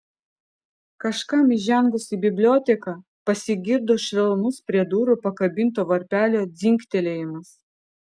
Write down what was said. kažkam įžengus į biblioteką pasigirdo švelnus prie durų pakabinto varpelio dzingtelėjimas